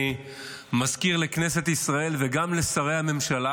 אני מזכיר לכנסת ישראל וגם לשרי הממשלה